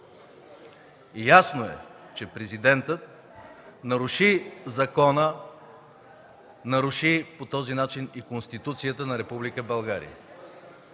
Ясно е, че президентът наруши закона, наруши по този начин и Конституцията на